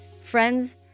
Friends